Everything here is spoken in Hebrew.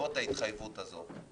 בעקבות ההתחייבות הזאת.